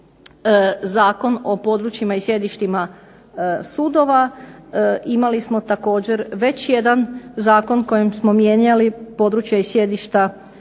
Zakon o područjima i sjedištima sudova, imali smo također već jedan zakon kojim smo mijenjali područja i sjedišta